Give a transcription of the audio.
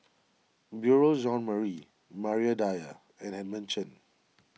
Beurel Marie Maria Dyer and Edmund Chen